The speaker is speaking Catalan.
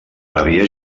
havia